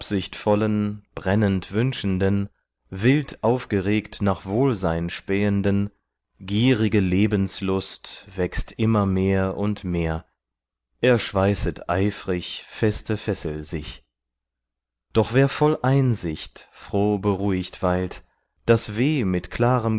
brennend wünschenden wild aufgeregt nach wohlsein spähenden gierige lebenslust wächst immer mehr und mehr er schweißet eifrig feste fessel sich doch wer voll einsicht froh beruhigt weilt das weh mit klarem